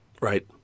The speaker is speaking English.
Right